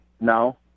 No